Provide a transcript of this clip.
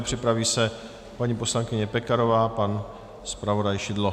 Připraví se paní poslankyně Pekarová, pan zpravodaj Šidlo.